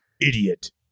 idiot